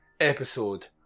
episode